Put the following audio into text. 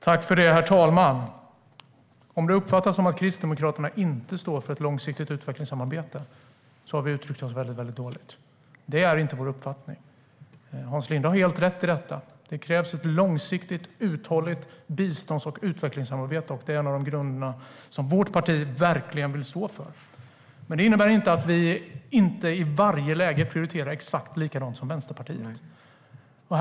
Herr talman! Om det uppfattas som att Kristdemokraterna inte står för ett långsiktigt utvecklingssamarbete har vi uttryckt oss väldigt dåligt. Det är inte vår uppfattning. Hans Linde har helt rätt i att det krävs ett långsiktigt uthålligt bistånds och utvecklingssamarbete, och det är en av de grunder som vårt parti verkligen vill stå för. Men det innebär inte att vi i varje läge prioriterar exakt likadant som Vänsterpartiet.